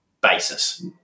basis